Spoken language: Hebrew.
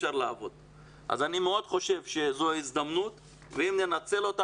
אני חושב שזו ההזדמנות ואם ננצל אותה